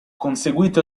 conseguito